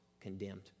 condemned